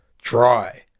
dry